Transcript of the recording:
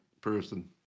person